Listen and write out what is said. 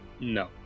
No